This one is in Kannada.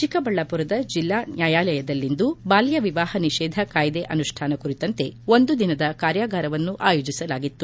ಚಿಕ್ಕಬಳ್ಳಾಪುರದ ಜಿಲ್ಲಾ ನ್ಯಾಯಾಲಯದಲ್ಲಿಂದು ಬಾಲ್ಯ ವಿವಾಹ ನಿಷೇಧ ಕಾಯ್ದೆ ಅನುಷ್ಠಾನ ಕುರಿತಂತೆ ಒಂದು ದಿನದ ಕಾರ್ಯಾಗಾರವನ್ನು ಆಯೋಜಿಸಲಾಗಿತ್ತು